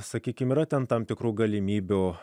sakykime yra tam tikrų galimybių